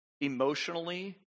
emotionally